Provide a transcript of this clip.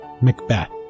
Macbeth